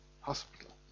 hospital